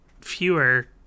fewer